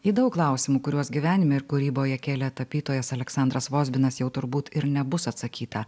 į daug klausimų kuriuos gyvenime ir kūryboje kėlė tapytojas aleksandras vozbinas jau turbūt ir nebus atsakyta